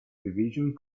division